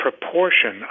proportion